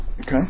Okay